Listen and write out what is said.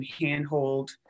handhold